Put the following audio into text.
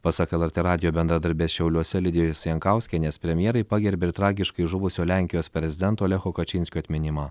pasak lrt radijo bendradarbės šiauliuose lidijos jankauskienės premjerai pagerbė ir tragiškai žuvusio lenkijos prezidento lecho kačinskio atminimą